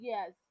Yes